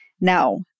Now